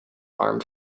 armed